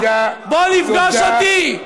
בוא לפגוש אותי.